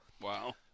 Wow